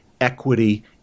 equity